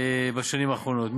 בשנים האחרונות.